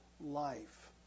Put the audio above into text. life